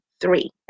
three